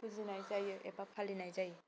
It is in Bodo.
फुजिनाय जायो एबा फालिनाय जायो